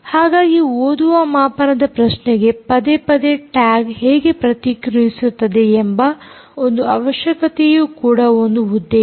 ಹಾಗಾಗಿ ಓದುವ ಮಾಪನದ ಪ್ರಶ್ನೆಗೆ ಪದೇ ಪದೇ ಟ್ಯಾಗ್ ಹೇಗೆ ಪ್ರತಿಕ್ರಿಯಿಸುತ್ತದೆ ಎಂಬ ಒಂದು ಅವಶ್ಯಕತೆಯು ಕೂಡ ಒಂದು ಉದ್ದೇಶ